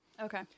okay